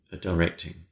directing